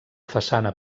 façana